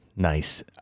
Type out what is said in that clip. Nice